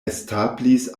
establis